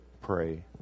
pray